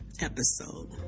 episode